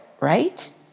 right